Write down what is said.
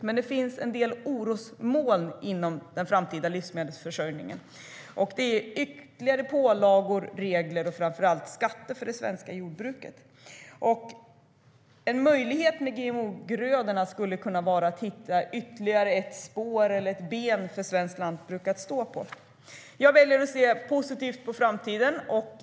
Men det finns en del orosmoln inom den framtida livsmedelsförsörjningen, och de gäller ytterligare pålagor, regler och framför allt skatter för det svenska jordbruket. Jag väljer att se positivt på framtiden.